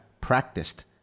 practiced